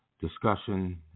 discussion